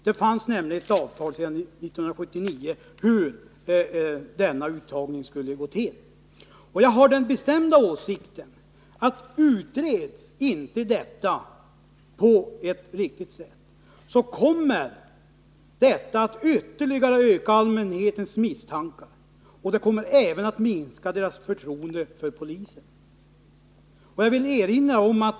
Det finns ett avtal från 1979 som föreskriver hur denna uttagning skall gå till. Jag har den bestämda åsikten att om denna sak inte utreds på ett riktigt sätt, så kommer allmänhetens misstankar att öka ytterligare och dess förtroende för polisen att minska.